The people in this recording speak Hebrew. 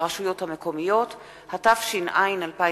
התש”ע 2010,